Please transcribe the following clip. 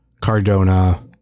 Cardona